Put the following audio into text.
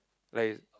like is